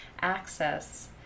access